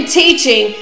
teaching